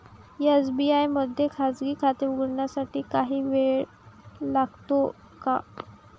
SBI मध्ये खाजगी खाते उघडण्यासाठी काही वेळ लागतो का?